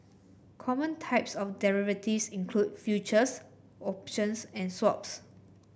common types of derivatives include futures options and swaps